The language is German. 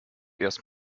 erst